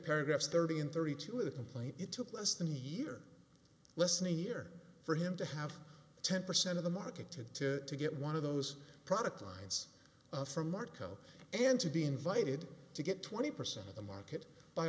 paragraphs thirty and thirty two of the complaint it took less than a year less than a year for him to have ten percent of the marketed to to get one of those product lines from marco and to be invited to get twenty percent of the market by